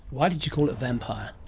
why did you call it vampire?